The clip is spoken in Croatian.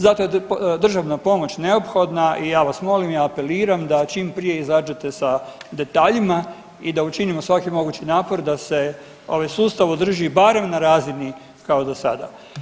Zato je državna pomoć neophodna i ja vas molim i ja apeliram da čim prije izađete sa detaljima i da učinimo svaki mogući napor da se ovaj sustav održi barem na razini kao do sada.